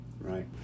Right